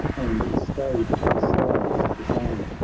and stayed the sire's design.